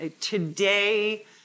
Today